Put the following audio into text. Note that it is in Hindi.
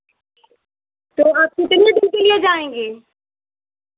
तो आप कितने दिन के लिए जाएँगी